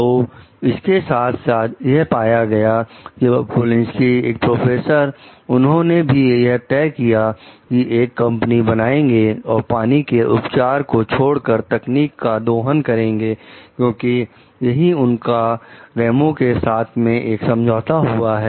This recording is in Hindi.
तो इसके साथ साथ यह पाया गया कि पोलिंसकी एक प्रोफेसर उन्होंने भी यह तय किया कि एक कंपनी बनाएंगे और पानी के उपचार को छोड़कर तकनीक का दोहन करेंगे क्योंकि यही उनका रेनू के साथ में एक समझौता हुआ है